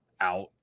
out